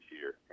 year